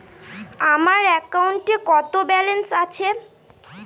আমার অ্যাকাউন্টে কত ব্যালেন্স আছে?